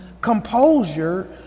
Composure